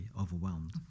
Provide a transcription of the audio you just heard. overwhelmed